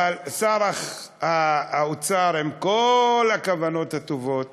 אבל שר האוצר, עם כל הכוונות הטובות